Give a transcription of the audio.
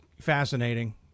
fascinating